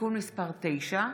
(תיקון מס' 9),